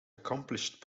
accomplished